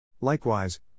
Likewise